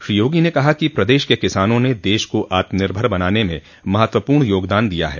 श्री योगी ने कहा कि प्रदेश के किसानों ने देश को आत्मनिर्भर बनाने में महत्वपूर्ण योगदान दिया है